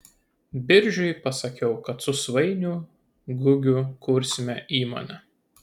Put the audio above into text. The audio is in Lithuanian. biržiui pasakiau kad su svainiu gugiu kursime įmonę